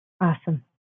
Awesome